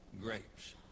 grapes